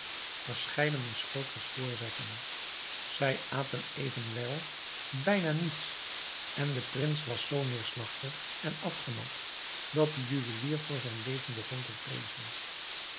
verscheidene schotels voorzetten zij aten evenwel bijna niets en de prins was zoo neêrslagtig en afgemat dat de juwelier voor zijn leven begon te vreezen